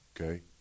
okay